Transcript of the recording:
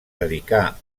dedicà